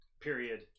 period